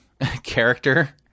character